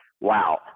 wow